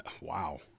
Wow